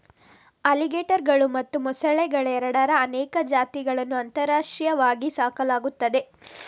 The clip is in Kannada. ಅಲಿಗೇಟರುಗಳು ಮತ್ತು ಮೊಸಳೆಗಳೆರಡರ ಅನೇಕ ಜಾತಿಗಳನ್ನು ಅಂತಾರಾಷ್ಟ್ರೀಯವಾಗಿ ಸಾಕಲಾಗುತ್ತದೆ